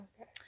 Okay